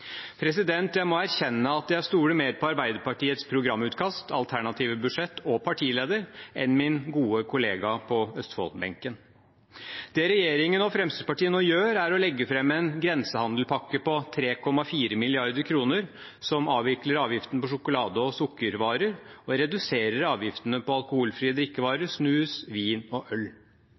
Jeg må erkjenne at jeg stoler mer på Arbeiderpartiets programutkast, alternative budsjett og partileder enn på min gode kollega på Østfold-benken. Det regjeringen og Fremskrittspartiet nå gjør, er å legge fram en grensehandelspakke på 3,4 mrd. kr, som avvikler avgiften på sjokolade og sukkervarer og reduserer avgiftene på alkoholfrie drikkevarer, snus, vin og øl.